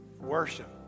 Worship